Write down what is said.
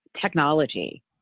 technology